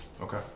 Okay